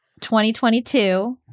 2022